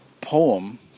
poem